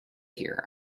here